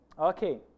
okay